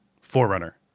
Forerunner